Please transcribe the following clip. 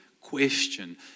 question